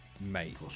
mate